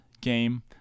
game